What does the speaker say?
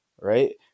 right